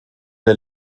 der